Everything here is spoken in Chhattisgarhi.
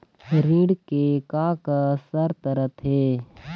ऋण के का का शर्त रथे?